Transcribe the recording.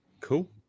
Cool